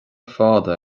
fada